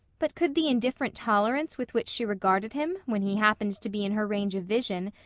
but could the indifferent tolerance with which she regarded him, when he happened to be in her range of vision,